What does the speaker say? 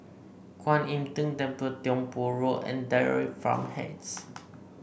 Kwan Im Tng Temple Tiong Poh Road and Dairy Farm Heights